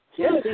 yes